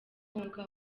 konka